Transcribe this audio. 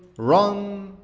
run,